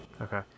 Okay